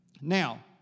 Now